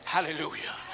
Hallelujah